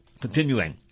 Continuing